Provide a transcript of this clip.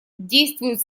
действует